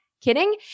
kidding